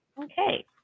Okay